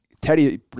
Teddy